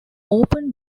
open